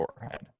forehead